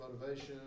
motivation